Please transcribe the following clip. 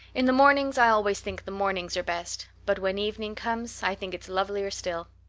in the mornings i always think the mornings are best but when evening comes i think it's lovelier still.